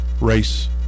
race